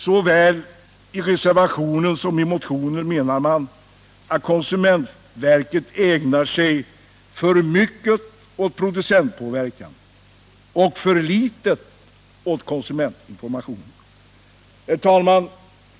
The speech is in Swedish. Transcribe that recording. Såväl i reservationen som i motionen menar man att konsumentverket ägnar sig för mycket åt producentpåverkan och för litet åt konsumentinformation. Herr talman!